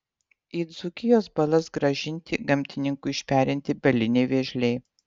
į dzūkijos balas grąžinti gamtininkų išperinti baliniai vėžliai